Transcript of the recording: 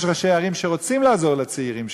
יש ראשי ערים שרוצים לעזור לצעירים שלהם,